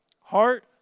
Heart